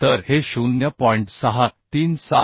तर हे 0